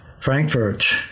Frankfurt